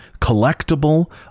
collectible